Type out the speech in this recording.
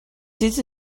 easy